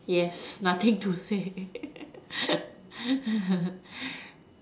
yes nothing to say